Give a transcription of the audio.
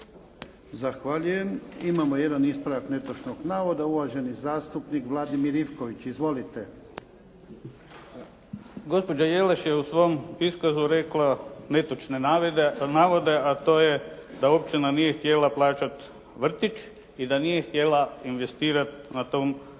Zahvaljujem. Imamo jedan ispravak netočnog navoda. Uvaženi zastupnik Vladimir Ivković. Izvolite. **Ivković, Vladimir (HDZ)** Gospođa Jelaš je u svom iskazu rekla netočne navode, a to je da općina nije htjela plaćati vrtić i da nije investirat na tom području.